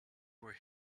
were